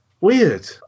weird